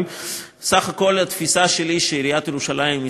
אבל בסך הכול התפיסה שלי היא שעיריית ירושלים היא